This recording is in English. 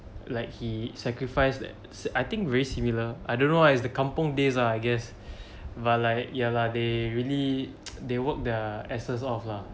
like he sacrifice that's I think very similar I don't know why is the kampung days ah I guess but like ya lah they really they work their asses off lah